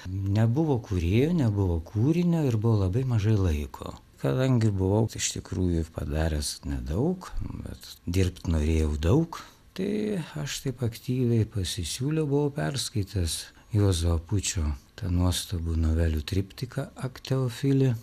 nebuvo kūrėjų nebuvo kūrinio ir buvo labai mažai laiko kadangi buvau iš tikrųjų padaręs nedaug bet dirbt norėjau daug tai aš taip aktyviai pasisiūliau buvau perskaitęs juozo apučio tą nuostabų novelių triptiką ak teofili